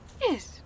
Yes